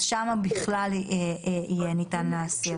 שם בכלל יהיה ניתן להסיר.